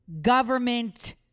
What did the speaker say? government